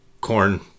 corn